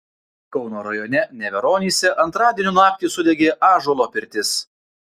kauno rajone neveronyse antradienio naktį sudegė ąžuolo pirtis